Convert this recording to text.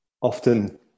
Often